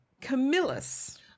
Camillus